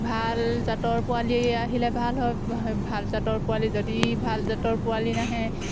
ভাল জাতৰ পোৱালি আহিলে ভাল হয় ভাল জাতৰ পোৱালি যদি ভাল জাতৰ পোৱালি নাহে